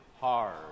hard